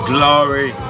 Glory